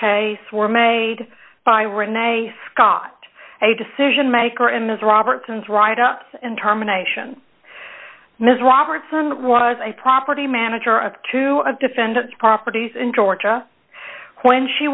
case were made by renee scott a decision maker in ms robertson's write ups and terminations ms robertson was a property manager of to defend properties in georgia when she